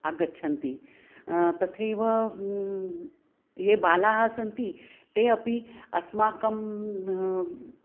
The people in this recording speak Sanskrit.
आगच्छन्ति तथैव ये बालाः सन्ति ते अपि अस्माकं